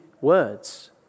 words